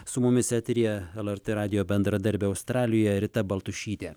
su mumis eteryje lrt radijo bendradarbė australijoje rita baltušytė